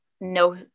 no